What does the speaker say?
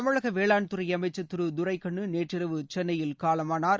தமிழக வேளாண் துறை அமைச்ச் திரு துரைகண்ணு நேற்றிரவு சென்னையில் காலமானார்